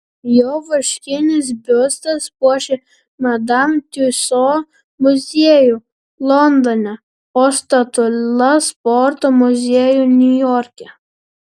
jo vaškinis biustas puošia madam tiuso muziejų londone o statula sporto muziejų niujorke